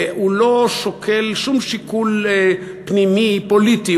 הוא לא שוקל שום שיקול פנימי, פוליטי.